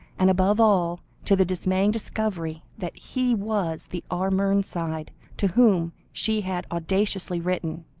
and above all, to the dismaying discovery that he was the r. mernside to whom she had audaciously written,